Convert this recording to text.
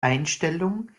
einstellung